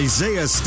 Isaiah